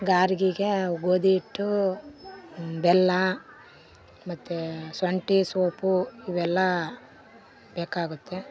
ಗಾರ್ಗಿಗೆ ಗೋಧಿ ಹಿಟ್ಟು ಬೆಲ್ಲ ಮತ್ತು ಶುಂಠಿ ಸೋಪು ಇವೆಲ್ಲಾ ಬೇಕಾಗುತ್ತೆ